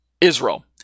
Israel